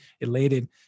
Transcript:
elated